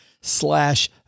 slash